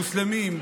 מוסלמים,